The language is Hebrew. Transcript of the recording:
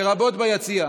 לרבות ביציע.